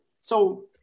So-